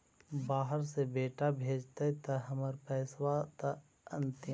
बाहर से बेटा भेजतय त हमर पैसाबा त अंतिम?